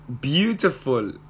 beautiful